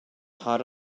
hot